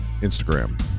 Instagram